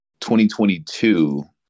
2022